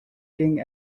king